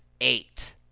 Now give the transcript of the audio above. Eight